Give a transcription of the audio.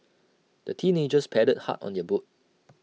the teenagers paddled hard on their boat